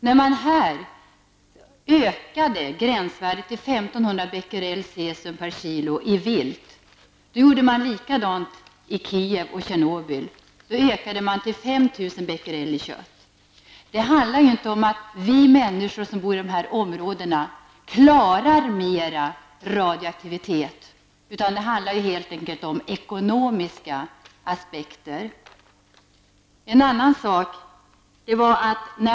När man här ökade gränsvärdet till 1 500 Bq cesium per kilo beträffande vilt, gjorde man på motsvarande sätt i Kijev och Tjernobyl. Då ökade man till 5 000 Bq i kött. Det handlar ju inte om att vi som bor i de här områdena klarar mera radioaktivitet, utan det rör sig helt enkelt om ekonomiska aspekter.